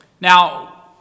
Now